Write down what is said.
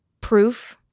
proof